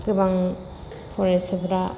गोबां फरायसाफ्रा